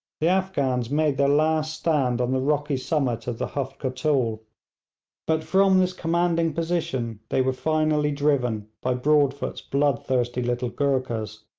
the afghans made their last stand on the rocky summit of the huft kotul but from this commanding position they were finally driven by broadfoot's bloodthirsty little goorkhas,